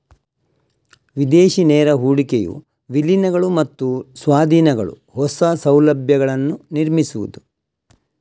ವಿದೇಶಿ ನೇರ ಹೂಡಿಕೆಯು ವಿಲೀನಗಳು ಮತ್ತು ಸ್ವಾಧೀನಗಳು, ಹೊಸ ಸೌಲಭ್ಯಗಳನ್ನು ನಿರ್ಮಿಸುವುದು